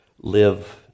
live